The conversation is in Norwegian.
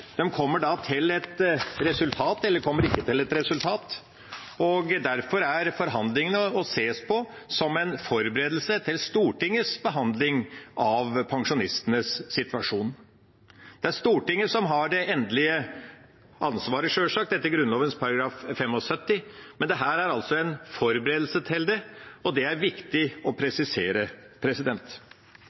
kommer ikke til et resultat. Derfor er forhandlingene å se på som en forberedelse til Stortingets behandling av pensjonistenes situasjon. Det er Stortinget som har det endelige ansvaret, sjølsagt, etter Grunnloven § 75, men dette er altså en forberedelse til det, og det er viktig å presisere.